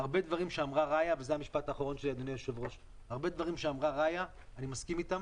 הרבה דברים שאמרה רעיה, אני מסכים איתם